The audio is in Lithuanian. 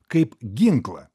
kaip ginklą